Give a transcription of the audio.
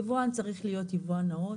יבואן צריך להיות יבואן נאות,